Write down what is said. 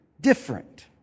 different